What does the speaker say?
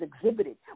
exhibited